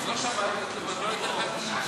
היא קראה לי גזען.